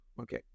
Okay